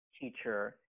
teacher